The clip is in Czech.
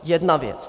Jedna věc.